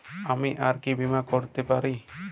আমি আর কি বীমা করাতে পারি?